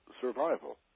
survival